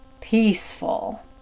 peaceful